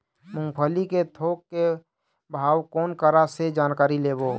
मूंगफली के थोक के भाव कोन करा से जानकारी लेबो?